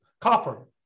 copper